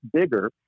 bigger